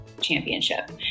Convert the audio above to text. championship